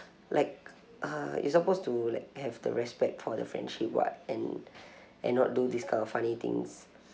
like uh you're supposed to like have the respect for the friendship [what] and and not do this kind of funny things